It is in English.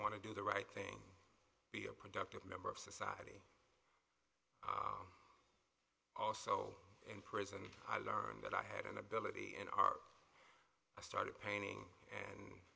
want to do the right thing be a productive member of society also in prison i learned that i had an ability in our i started painting and